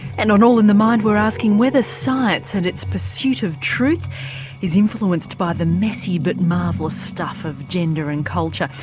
and on all in the mind we're asking whether ah science and its pursuit of truth is influenced by the messy but marvellous stuff of gender and culture.